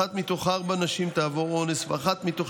אחת מתוך ארבע נשים תעבור אונס ואחת מתוך